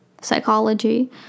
psychology